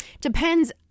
Depends